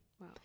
Wow